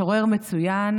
משורר מצוין.